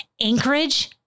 anchorage